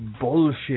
Bullshit